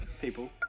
people